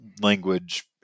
language